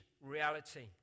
Reality